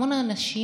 המון אנשים,